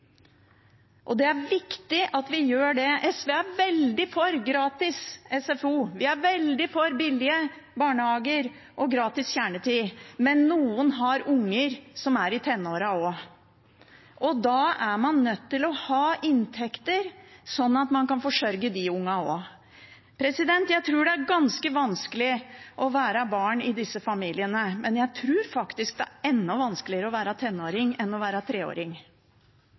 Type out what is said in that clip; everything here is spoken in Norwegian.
og bostøtten – og det er viktig at vi gjør det. SV er veldig for gratis SFO, og vi er veldig for billige barnehager og gratis kjernetid. Men noen har unger som er tenårene, og da er man nødt til å ha inntekter, sånn at man også kan forsørge de ungene. Jeg tror det er ganske vanskelig å være barn i disse familiene, men jeg tror faktisk at det er enda vanskeligere å være tenåring enn å være treåring.